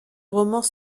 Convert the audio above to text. romans